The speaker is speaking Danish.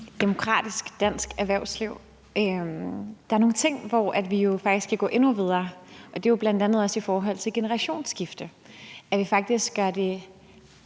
demokratisk dansk erhvervsliv. Der er jo nogle ting, som vi faktisk kan gå endnu videre med. Det er jo bl.a. i forhold til generationsskifte, altså ved at vi faktisk gør det